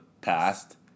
past